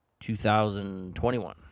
2021